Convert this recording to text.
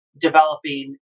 developing